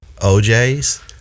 OJ's